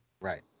right